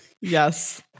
Yes